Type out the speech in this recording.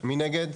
1 נגד,